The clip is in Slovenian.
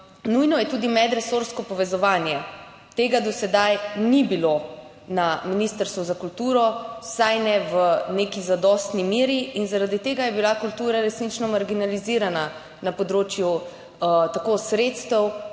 nujno je tudi medresorsko povezovanje. Tega do sedaj ni bilo na Ministrstvu za kulturo, vsaj ne v neki zadostni meri, in zaradi tega je bila kultura resnično marginalizirana na področju tako sredstev